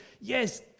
yes